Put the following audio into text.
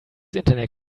internet